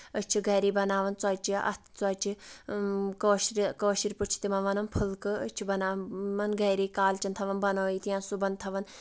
أسۍ چھِ گرے بَناوان ژۄچہِ اَتھٕ ژۄچہِ کٲشرِ کٲشر پٲٹھۍ چھِ تِمن وَنان پھُلکہٕ أسۍ چھِ بَناوان یِمن گرے کالچین تھاوان بَنٲیِتھ یا صبُحن تھاوان